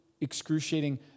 excruciating